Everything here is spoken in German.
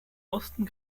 osten